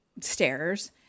stairs